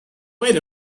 wait